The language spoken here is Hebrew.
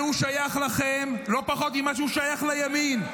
והוא שייך לכם לא פחות ממה שהוא שייך לימין.